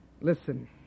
Listen